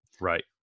Right